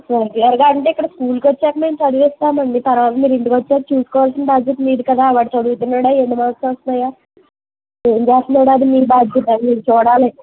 రెగ్యులర్గా అంటే ఇక్కడ స్కూల్కి వచ్చాక మేము చదివిస్తాము అండి తర్వాత మీరు ఇంటికి వచ్చాక చూసుకోవలసిన భాద్యత మీది కదా వాడు చదువుతున్నాడా ఎన్ని మర్క్స్ వస్తున్నాయి ఏం చేస్తున్నాడు అది మీ భాద్యత మీరు చూడాలి